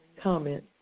comment